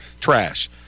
trash